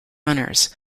runners